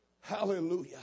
Hallelujah